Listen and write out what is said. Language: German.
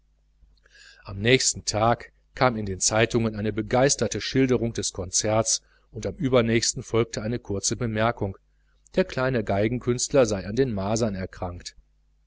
am nächsten tag kam in den zeitungen eine begeisterte schilderung des konzerts und am übernächsten folgte eine notiz der kleine geigenspieler sei an den masern erkrankt